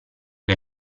che